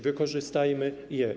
Wykorzystajmy je.